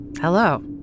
hello